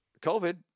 COVID